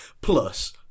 Plus